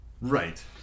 Right